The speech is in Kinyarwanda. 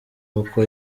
uko